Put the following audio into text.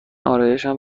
آرایشم